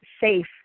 safe